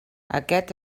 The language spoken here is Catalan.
aquest